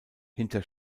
hinter